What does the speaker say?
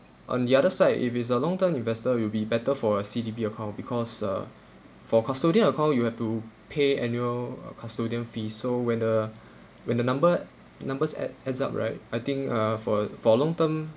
on the other side if it's a long term investors will be better for a C_D_P account because uh for custodian account you have to pay annual uh custodian fee so when the when the number numbers add adds up right I think uh for for a long term